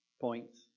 points